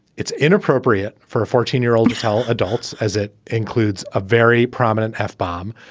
it's inappropriate for a fourteen year old to tell adults as it includes a very prominent f-bomb.